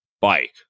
bike